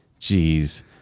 jeez